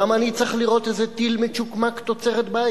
למה אני צריך לירות איזה טיל מצ'וקמק תוצרת-בית?